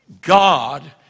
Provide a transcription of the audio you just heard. God